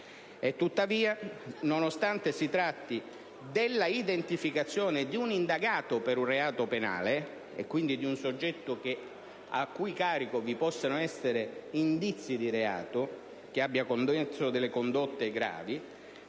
Tuttavia, nonostante si tratti dell'identificazione di un indagato per un reato penale, quindi di un soggetto a cui carico vi possono essere indizi di reato, cioè che abbia avuto delle condotte gravi,